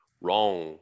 wrong